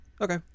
Okay